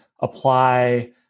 apply